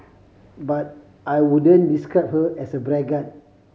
but I wouldn't describe her as a braggart